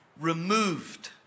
removed